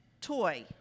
toy